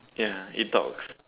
ya it talks